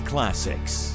Classics